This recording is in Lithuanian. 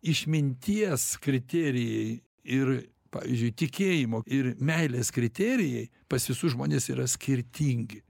išminties kriterijai ir pavyzdžiui tikėjimo ir meilės kriterijai pas visus žmones yra skirtingi